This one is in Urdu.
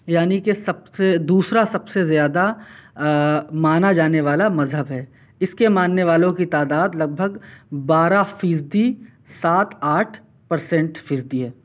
یعنی کہ سب سے دوسرا سب سے زیادہ مانا جانے والا مذہب ہے اس کے ماننے والوں کی تعداد لگ بھگ بارہ فیصدی سات آٹھ پرسنٹ فیصدی ہے